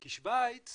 כי שוויץ